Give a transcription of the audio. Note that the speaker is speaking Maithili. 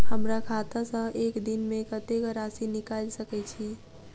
हमरा खाता सऽ एक दिन मे कतेक राशि निकाइल सकै छी